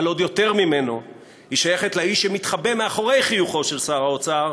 אבל עוד יותר היא שייכת לאיש שמתחבא מאחורי חיוכו של שר האוצר,